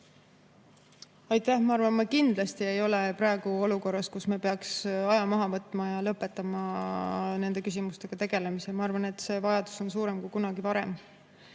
Aitäh! Ma arvan, me kindlasti ei ole praegu olukorras, kus me peaks aja maha võtma ja lõpetama nende küsimustega tegelemise. Ma arvan, et see vajadus [jätkata] on suurem kui kunagi varem.